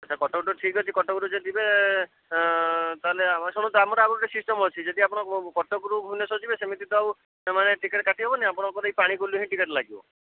ଆଚ୍ଛା କଟକରୁ ଠିକ୍ ଅଛି କଟକରୁ ଯଦି ଯିବେ ତାହେଲେ ଶୁଣନ୍ତୁ ଆମର ଆଉ ଗୋଟେ ସିଷ୍ଟମ୍ ଅଛି ଯଦି ଆପଣ କଟକରୁ ଭୁବନେଶ୍ୱର ଯିବେ ସେମିତି ତ ଆଉ ମାନେ ଟିକେଟ୍ କାଟି ହେବନି ଆପଣଙ୍କର ଏଇ ପାଣିକୋଇଲିରୁ ହିଁ ଟିକେଟ୍ ଲାଗିବ